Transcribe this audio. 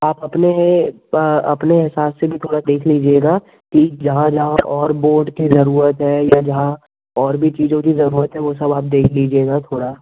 आप अपने अपने हिसाब से भी थोड़ा देख लीजिएगा कि जहाँ जहाँ और बोर्ड की ज़रूरत है या जहाँ और भी चीज़ों की ज़रूरत है वह सब आप देख लीजिएगा थोड़ा